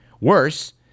Worse